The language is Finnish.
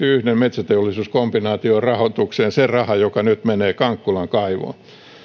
yhden metsäteollisuuskombinaation rahoitukseen se raha joka nyt menee kankkulan kaivoon tämä on